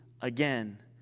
again